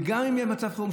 וגם אם יהיה מצב חירום,